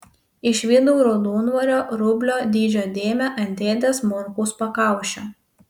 išvydau raudonvario rublio dydžio dėmę ant dėdės morkaus pakaušio